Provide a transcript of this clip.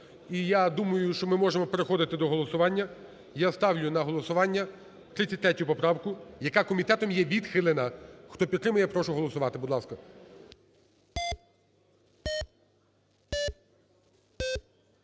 я думаю, що ми можемо переходити до голосування. Я ставлю на голосування 33 поправку, яка комітетом є відхилена. Хто підтримує, прошу голосувати,